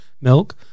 milk